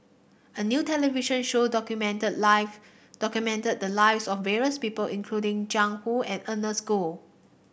a new television show documented life documented the lives of various people including Jiang Hu and Ernest Goh